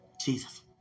Jesus